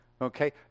Okay